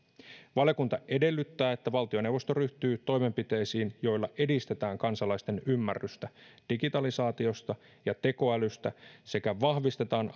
valiokunta edellyttää että valtioneuvosto ryhtyy toimenpiteisiin joilla edistetään kansalaisten ymmärrystä digitalisaatiosta ja tekoälystä sekä vahvistetaan